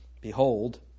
behold